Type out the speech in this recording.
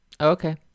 Okay